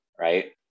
right